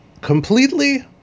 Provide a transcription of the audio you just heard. completely